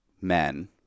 men